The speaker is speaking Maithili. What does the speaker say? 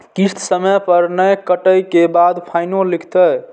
किस्त समय पर नय कटै के बाद फाइनो लिखते?